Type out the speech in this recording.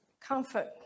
comfort